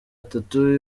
atatu